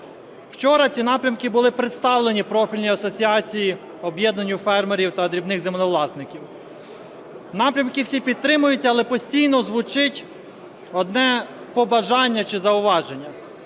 Вчора ці напрямки були представлені профільній асоціації, об'єднанню фермерів та дрібних землевласників. Напрямки всі підтримуються, але постійно звучить одне побажання чи зауваження.